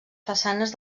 façanes